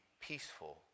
peaceful